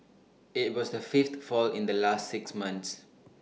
IT was the fifth fall in the last six months